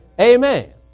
Amen